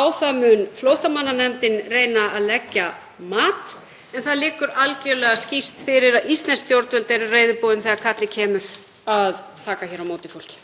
Á það mun flóttamannanefndin reyna að leggja mat en það liggur algerlega skýrt fyrir að íslensk stjórnvöld eru reiðubúin þegar kallið kemur að taka hér á móti fólki.